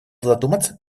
задуматься